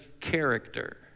character